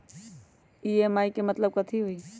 EMI के मतलब कथी होई?